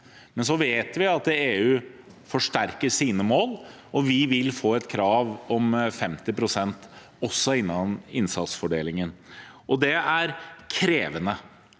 Men så vet vi at EU forsterker sine mål, og at vi vil få et krav om 50 pst. også innen innsatsfordelingen, og det er krevende.